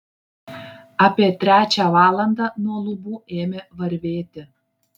apie trečią valandą nuo lubų ėmė varvėti